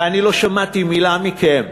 ואני לא שמעתי מילה מכם,